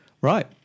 Right